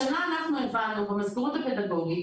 השנה אנחנו הבנו במזכירות הפדגוגית,